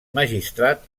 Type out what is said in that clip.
magistrat